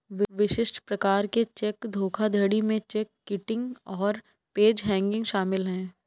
विशिष्ट प्रकार के चेक धोखाधड़ी में चेक किटिंग और पेज हैंगिंग शामिल हैं